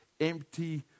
empty